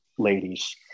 ladies